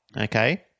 Okay